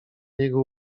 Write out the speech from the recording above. niego